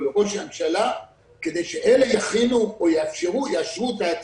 לראש הממשלה כדי שאלה יכינו או יאשרו את ההוצאות.